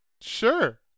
Sure